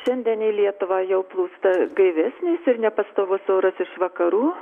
šiandien į lietuvą jau plūsta gaivesnis ir nepastovus oras iš vakarų